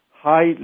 high